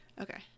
Okay